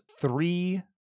three